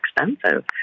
expensive